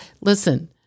Listen